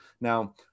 now